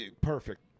Perfect